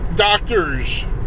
Doctors